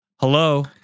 Hello